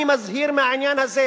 אני מזהיר מהעניין הזה.